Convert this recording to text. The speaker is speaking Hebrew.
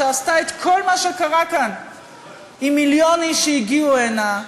שעשתה את כל מה שקרה כאן עם מיליון איש שהגיעו הנה,